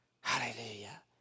Hallelujah